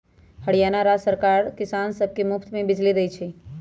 हरियाणा राज्य सरकार किसान सब के मुफ्त में बिजली देई छई